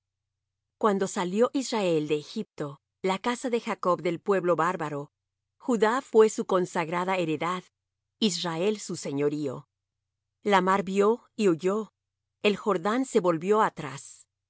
cuando salió israel de egipto la casa de jacob del pueblo bárbaro judá fué su consagrada heredad israel su señorío la mar vió y huyó el jordán se volvió atrás